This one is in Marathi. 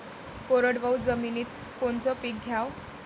कोरडवाहू जमिनीत कोनचं पीक घ्याव?